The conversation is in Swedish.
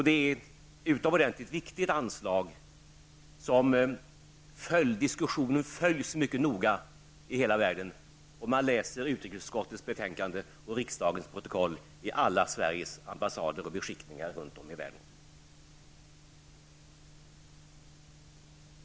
Det är ett utomordentligt viktigt anslag och diskussionen om det följs mycket noga i hela världen. Man läser utrikesutskottets betänkande och riksdagens protokoll på alla Sveriges ambassader och beskickningar runt om i världen.